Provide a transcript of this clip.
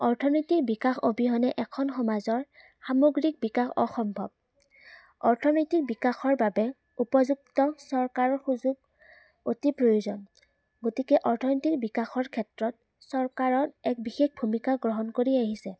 অৰ্থনৈতিক বিকাশ অবিহনে এখন সমাজৰ সামগ্ৰিক বিকাশ অসম্ভৱ অৰ্থনৈতিক বিকাশৰ বাবে উপযুক্ত চৰকাৰৰ সুযোগ অতি প্ৰয়োজন গতিকে অৰ্থনৈতিক বিকাশৰ ক্ষেত্ৰত চৰকাৰৰ এক বিশেষ ভূমিকা গ্ৰহণ কৰি আহিছে